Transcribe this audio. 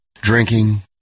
Drinking